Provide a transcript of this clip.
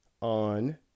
on